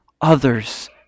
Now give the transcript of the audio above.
others